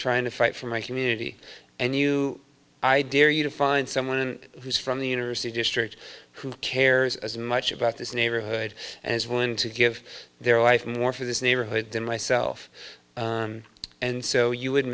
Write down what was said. trying to fight for my community and you i dare you to find someone who's from the university district who cares as much about this neighborhood and is willing to give their life more for this neighborhood than myself and so you would